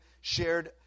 shared